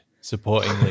supporting